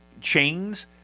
Chains